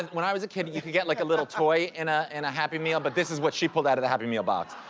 when i was a kid, you could get like a little toy in a and happy meal, but this is what she pulled out of the happy meal box.